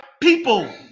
people